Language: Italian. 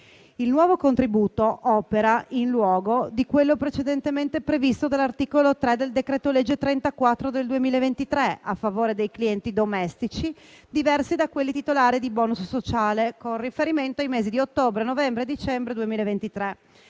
Il nuovo contributo opera in luogo di quello precedentemente previsto dall'articolo 3 del decreto-legge n. 34 del 2023 a favore dei clienti domestici diversi da quelli titolari di *bonus* sociale, con riferimento ai mesi di ottobre, novembre e dicembre 2023,